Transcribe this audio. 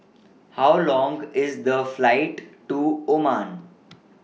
How Long IS The Flight to Oman